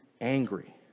angry